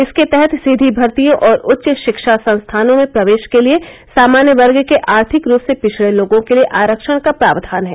इसके तहत सीधी भर्तियों और उच्च शिक्षा संस्थानों में प्रवेश के लिए सामान्य वर्ग के आर्थिक रूप से पिछड़े लोगों के लिए आरक्षण का प्रावधान है